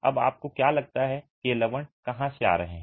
अब आपको क्या लगता है कि ये लवण कहाँ से आ रहे हैं